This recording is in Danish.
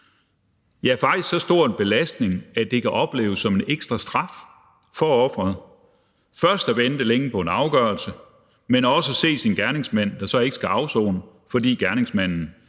Ja, faktisk er det så stor en belastning, at det for offeret kan opleves som en ekstra straf. Ikke alene må offeret først vente længe på en afgørelse, men må også se, at gerningsmanden ikke skal afsone, fordi gerningsmanden